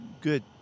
good